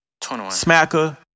smacker